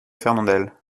fernandel